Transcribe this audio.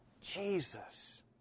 Jesus